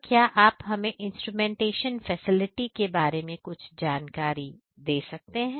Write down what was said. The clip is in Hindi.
तो क्या आप हमें इंस्ट्रूमेंटेशन फैसिलिटी के बारे में कुछ जानकारी दे सकते हैं